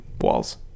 walls